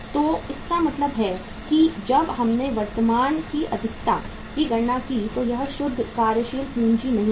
तो इसका मतलब है कि जब हमने वर्तमान की अधिकता की गणना की तो यह शुद्ध कार्यशील पूंजी नहीं है